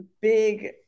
big